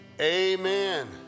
Amen